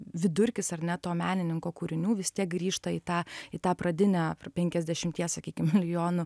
vidurkis ar ne to menininko kūrinių vis tiek grįžta į tą į tą pradinę penkiasdešimties sakykim milijonų